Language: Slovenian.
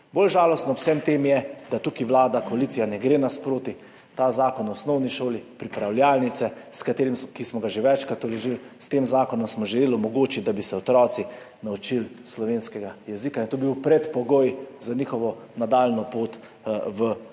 Bolj žalostno ob vsem tem je, da tukaj vlada in koalicija ne gresta nasproti, zakon o osnovni šoli, pripravljalnice, ki smo ga že večkrat vložili, s tem zakonom smo želeli omogočiti, da bi se otroci naučili slovenskega jezika. To bi bil predpogoj za njihovo nadaljnjo pot v življenju.